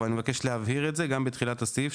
אבל אני מבקש להבהיר את זה גם בתחילת הסעיף,